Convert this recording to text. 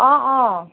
অঁ অঁ